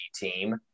team